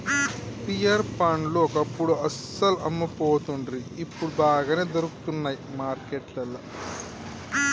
pear పండ్లు ఒకప్పుడు అస్సలు అమ్మపోతుండ్రి ఇప్పుడు బాగానే దొరుకుతానయ్ మార్కెట్లల్లా